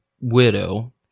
widow